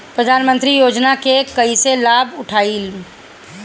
प्रधानमंत्री योजना के कईसे लाभ उठाईम?